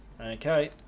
Okay